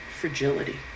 fragility